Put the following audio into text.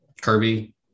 Kirby